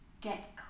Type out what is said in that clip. get